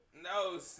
No